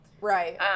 Right